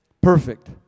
Perfect